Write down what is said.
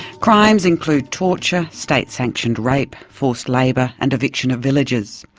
crimes include torture, state-sanctioned rape, forced labour and eviction of villagers.